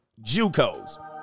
JUCOs